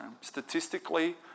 Statistically